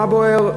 מה בוער?